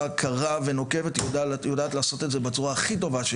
קרה ונוקבת הם יודעים לעשות את זה בצורה הכי טובה.